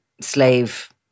slave